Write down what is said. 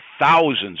thousands